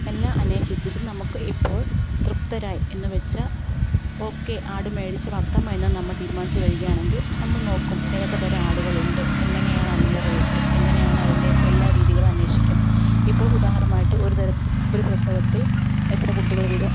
എല്ലാം അന്വേഷിച്ചിട്ടും നമുക്ക് ഇപ്പോൾ തൃപ്തരായി എന്നു വെച്ചാൽ ഓക്കെ ആട് മേടിച്ചു നമ്മൾ തീരുമാനിച്ചു കഴിക്കുകയാണെങ്കിൽ നമ്മൾ നോക്കും ഏതൊക്കെ തരം ആളുകളുണ്ട് എങ്ങനെയാണ് അതിൻ്റെ റേറ്റ് എങ്ങനെയാണ് അതിൻ്റെയൊക്കെ എല്ലാ രീതികളും അന്വേഷിക്കും ഇപ്പോൾ ഉദാഹരണമായിട്ട് ഒരുതരം ഒരു പ്രസവത്തിൽ എത്ര കുട്ടികൾ വീതം